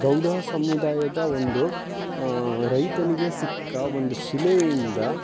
ಗೌಡ ಸಮುದಾಯದ ಒಂದು ರೈತನಿಗೆ ಸಿಕ್ಕ ಒಂದು ಶಿಲೆಯಿಂದ